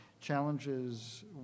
challenges